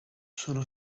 sono